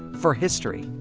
for history.